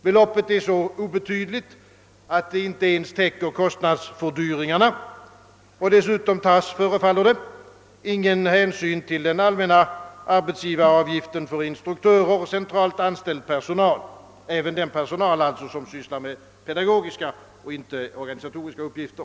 Beloppet är så obetydligt, att det inte ens täcker kostnadsfördyringarna. Dessutom tas, förefaller det, ingen hänsyn till den allmänna arbetsgivaravgiften för instruktörer och centralt anställd personal — även den personal som sysslar med pedagogiska och inte organisatoriska uppgifter.